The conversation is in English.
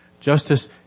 Justice